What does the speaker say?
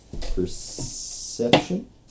perception